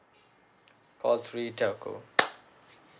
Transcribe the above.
call three telco